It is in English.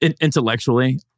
Intellectually